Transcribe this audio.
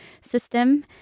system